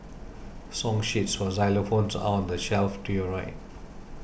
song sheets for xylophones are on the shelf to your right